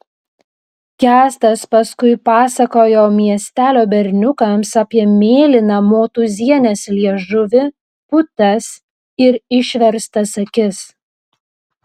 kęstas paskui pasakojo miestelio berniukams apie mėlyną motūzienės liežuvį putas ir išverstas akis